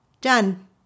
Done